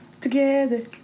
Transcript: together